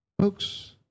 Folks